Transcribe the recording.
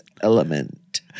element